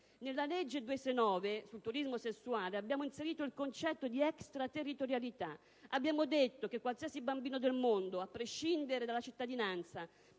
del 1998, sul turismo sessuale, abbiamo inserito il concetto di extraterritorialità: abbiamo detto che qualsiasi bambino del mondo, a prescindere dalla cittadinanza,